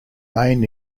main